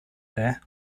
there